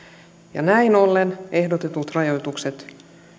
ja näin ollen ehdotetut rajoitukset